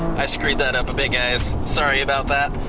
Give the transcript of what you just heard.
i scraped that up a bit guys, sorry about that.